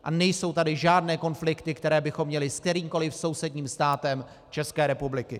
A nejsou tady žádné konflikty, které bychom měli s kterýmkoli sousedním státem České republiky.